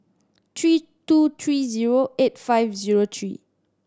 three two three zero eight five zero three